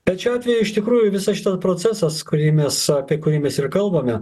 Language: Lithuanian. tad šiuo atveju iš tikrųjų visas šitas procesas kurį mes apie kurį mes ir kalbame